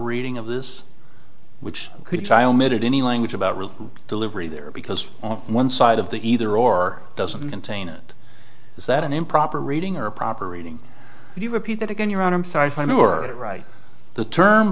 reading of this which could try omitted any language about delivery there because on one side of the either or doesn't contain it is that an improper reading or a proper reading if you repeat it again your own i'm sorry feyenoord it right the term